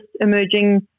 emerging